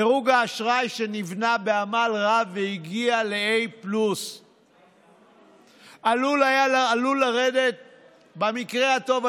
דירוג האשראי שנבנה בעמל רב והגיע ל-A+ עלול לרדת במקרה הטוב,